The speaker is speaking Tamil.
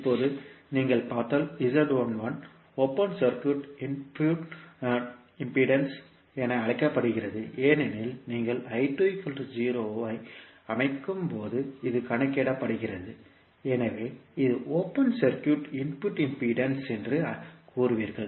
இப்போது நீங்கள் பார்த்தால் ஓபன் சர்க்யூட் இன்புட் இம்பிடேன்ஸ் என அழைக்கப்படுகிறது ஏனெனில் நீங்கள் ஐ அமைக்கும் போது இது கணக்கிடப்படுகிறது எனவே இது ஓபன் சர்க்யூட் இன்புட் இம்பிடேன்ஸ் என்று கூறுவீர்கள்